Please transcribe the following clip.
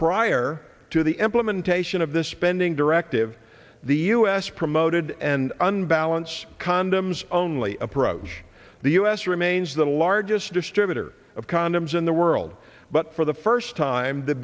prior to the employment taishan of this spending directive the u s promoted and unbalance condoms only approach the u s remains the largest distributor of condoms in the world but for the first time the